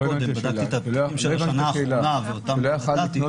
בדקתי את התיקים של השנה האחרונה ואותם נתתי --- לא הבנתי את השאלה.